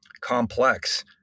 complex